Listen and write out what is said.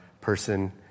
person